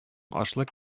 ашлык